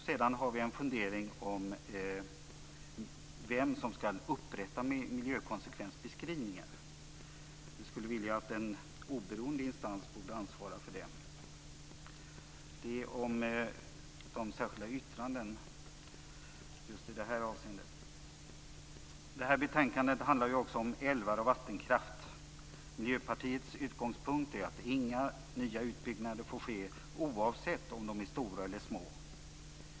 Sedan har vi en fundering om vem som skall upprätta miljökonsekvensbeskrivningar. Vi skulle vilja att en oberoende instans ansvarade för det. Detta om de särskilda yttrandena just i det här avseendet. Det här betänkandet handlar ju också om älvar och vattenkraft. Miljöpartiets utgångspunkt är att inga nya utbyggnader får ske oavsett om de är stora eller små.